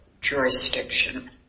jurisdiction